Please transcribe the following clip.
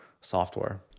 software